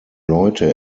leute